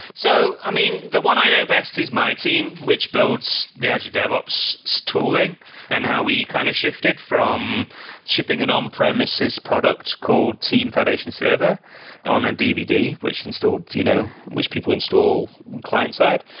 so i mean, the one i know best is my team, which builds the azure devops tooling and how we kind of shifted from shipping an on-premises product called team foundation server on a dvd, which is installed you know which people install client side.